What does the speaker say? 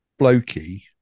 blokey